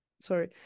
sorry